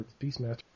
Beastmaster